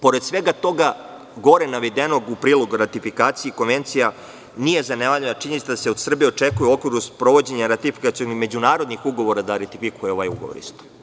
Pored svega toga gore navedenog, u prilog ratifikacije Konvencija nije zanemarljiva činjenica da se od Srbije očekuje u okviru sprovođenja ratifikacije međunarodnih ugovora da ratifikuje ovaj ugovor isto.